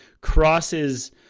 crosses